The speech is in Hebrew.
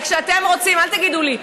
אל תגידו לי.